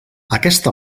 aquesta